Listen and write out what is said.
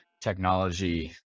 technology